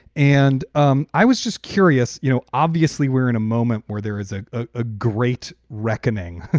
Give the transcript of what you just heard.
and um i was just curious, you know, obviously we're in a moment where there is ah ah a great reckoning.